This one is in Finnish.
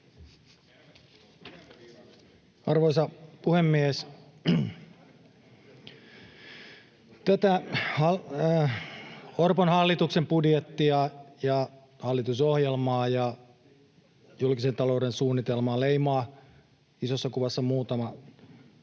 Arvoisa puhemies! Tätä Orpon hallituksen budjettia ja hallitusohjelmaa ja julkisen talouden suunnitelmaa leimaa isossa kuvassa muutama asia, jotka